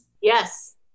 Yes